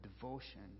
devotion